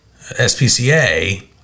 SPCA